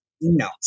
No